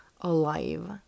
alive